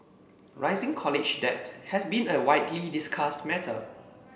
rising college debt has been a widely discussed matter